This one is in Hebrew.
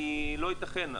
כי לא יתכן,